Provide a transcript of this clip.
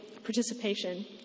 participation